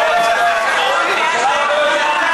לא, אבל איזה חוק זה,